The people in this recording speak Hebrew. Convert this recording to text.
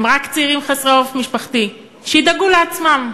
הם רק צעירים חסרי עורף משפחתי, שידאגו לעצמם.